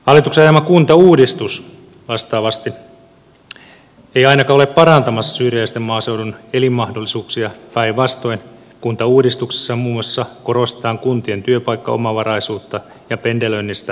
hallituksen ajama kuntauudistus vastaavasti ei ainakaan ole parantamassa syrjäisen maaseudun elinmahdollisuuksia päinvastoin kuntauudistuksessa muun muassa korostetaan kuntien työpaikkaomavaraisuutta ja pendelöinnistä rangaistaan